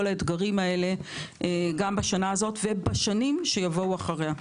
האתגרים האלה בשנה הזו ובשנים שיבואו אחריה.